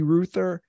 Ruther